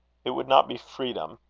it would not be freedom.